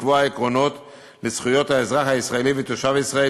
היא לקבוע עקרונות לזכויות האזרח הישראלי ותושב ישראל